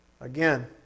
Again